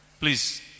Please